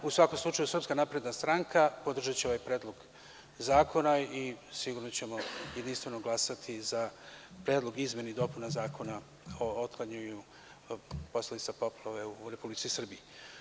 U svakom slučaju, SNS će podržati ovaj predlog zakona i sigurno ćemo jedinstveno glasati za Predlog izmena i dopuna Zakona o otklanjanju posledica poplava u Republici Srbiji.